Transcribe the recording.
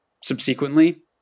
subsequently